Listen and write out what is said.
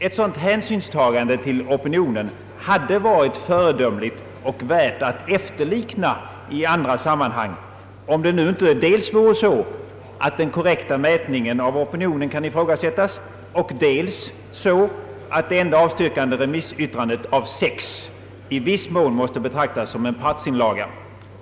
Ett sådant hänsynstagande till opinionen hade varit föredömligt och värt att efterlikna i andra sammanhang, om det nu inte vore dels så att den korrekta mätningen av opinionen kan ifrågasättas, dels så att det enda avstyrkande remissyttrandet av sex i viss mån måste betraktas som en partsinlaga.